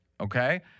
okay